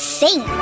sing